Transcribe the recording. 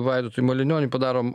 vaidotui malinioniui padarom